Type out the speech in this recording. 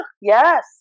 Yes